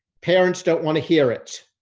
parents don't want to hear it.